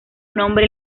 nombre